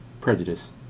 prejudice